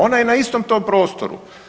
Ona je na istom tom prostoru.